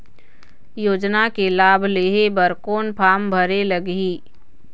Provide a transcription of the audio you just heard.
योजना के लाभ लेहे बर कोन फार्म भरे लगही?